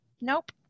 nope